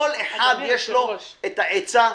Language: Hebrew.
לכל אחד יש את העצה שלו.